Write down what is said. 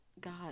god